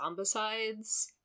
Zombicides